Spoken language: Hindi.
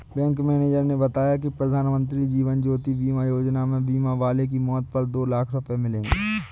बैंक मैनेजर ने बताया कि प्रधानमंत्री जीवन ज्योति बीमा योजना में बीमा वाले की मौत पर दो लाख रूपये मिलेंगे